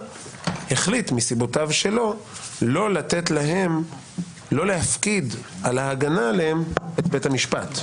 החליט מסיבותיו שלו לא להפקיד על ההגנה עליהם את בית המשפט.